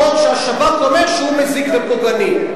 בחוק שהשב"כ אומר שהוא מזיק ופוגעני?